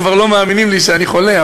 כבר לא מאמינים לי שאני חולה.